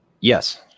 Yes